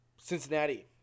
Cincinnati